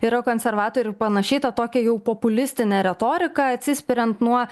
yra konservatorių ir panašiai tą tokią jau populistinę retoriką atsispiriant nuo